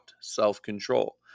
self-control